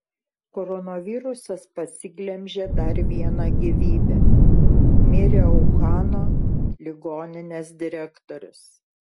koronavirusas pasiglemžė dar vieną gyvybę mirė uhano ligoninės direktorius